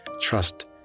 Trust